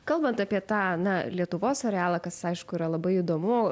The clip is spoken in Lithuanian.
kalbant apie tą na lietuvos arealą kas aišku yra labai įdomu